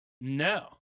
No